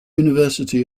university